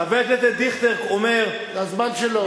חבר הכנסת דיכטר אומר, זה הזמן שלו.